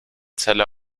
zelle